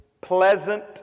pleasant